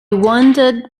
wandered